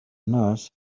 nurse